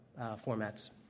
formats